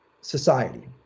society